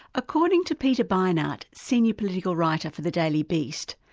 according to peter beinart, senior political writer for the daily beast,